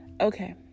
okay